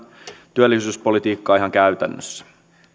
työllisyyspolitiikkaa ihan käytännössä